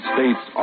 States